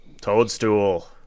Toadstool